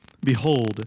behold